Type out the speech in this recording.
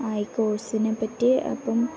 ആ ഈ കോഴ്സിനെ പറ്റി അപ്പം